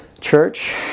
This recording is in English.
Church